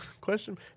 Question